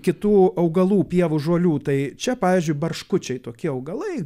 kitų augalų pievų žolių tai čia pavyzdžiui barškučiai tokie augalai